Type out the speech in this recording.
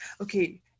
Okay